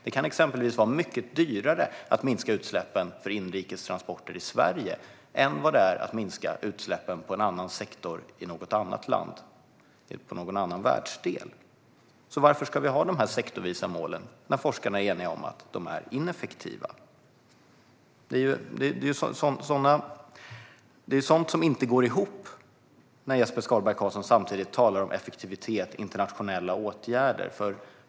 Det kan exempelvis vara mycket dyrare att minska utsläppen för inrikes transporter i Sverige än vad det är att minska utsläppen i en annan sektor i något annat land eller någon annan världsdel. Varför ska vi ha de sektorsvisa målen när forskarna är eniga om att de är ineffektiva? Det är sådant som inte går ihop när Jesper Skalberg Karlsson samtidigt talar om effektivitet och internationella åtgärder.